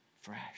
Fresh